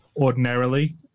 ordinarily